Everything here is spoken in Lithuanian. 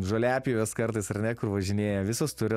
žoliapjovės kartais ar ne kur važinėja visos turi